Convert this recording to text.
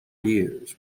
years